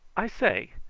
i say,